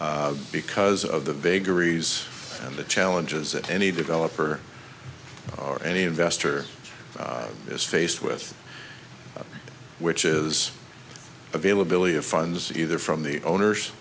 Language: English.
because of the vagaries and the challenges that any developer or any investor is faced with which is availability of funds either from the owners